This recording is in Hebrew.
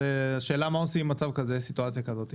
השאלה מה עושים בסיטואציה כזאת.